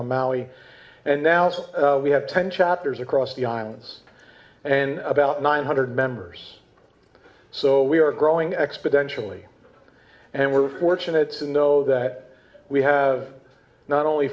on maui and now we have ten chapters across the islands and about nine hundred members so we are growing exponentially and we're fortunate to know that we have not only